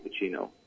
cappuccino